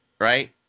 right